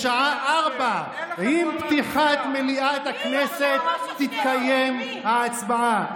בשעה 16:00: עם פתיחת מליאת הכנסת, תתקיים ההצבעה.